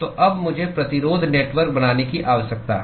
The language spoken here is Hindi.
तो अब मुझे प्रतिरोध नेटवर्क बनाने की आवश्यकता है